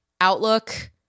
outlook